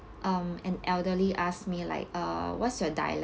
um an elderly asked me like uh what's your dialect